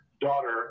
daughter